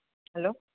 hello